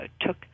took